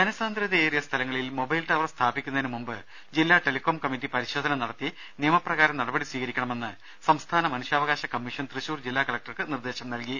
ജനസാന്ദ്രതയേറിയ സ്ഥലങ്ങളിൽ mobile tower സ്ഥാപിക്കുന്നതിന് മുമ്പ് ജില്ലാ ടെലികോം കമ്മിറ്റി പരിശോധന നടത്തി നിയമപ്രകാരം നടപടി സ്വീകരിക്കണമെന്ന് സംസ്ഥാന മനുഷ്യാവകാശ കമ്മീഷൻ തൃശൂർ ജില്ലാ കലക്ടർക്ക് നിർദേശം നൽകി